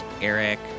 Eric